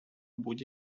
будь